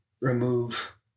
remove